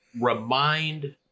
remind